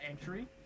entry